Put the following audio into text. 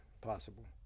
possible